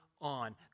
on